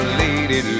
lady